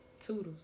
Toodles